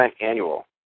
annual